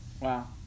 Wow